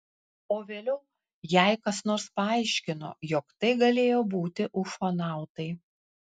o vėliau jai kas nors paaiškino jog tai galėjo būti ufonautai